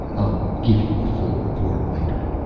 i'll give you a full report later.